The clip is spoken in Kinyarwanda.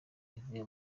ivuye